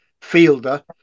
fielder